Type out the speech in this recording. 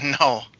no